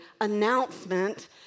announcement